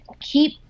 keep